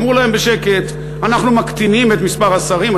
אמרו להם בשקט: אנחנו מקטינים את מספר השרים,